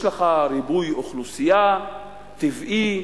יש לך ריבוי אוכלוסייה טבעי,